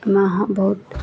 ताहिमे अहाँ बहुत